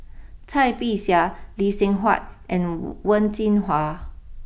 Cai Bixia Lee Seng Huat and Wen Jinhua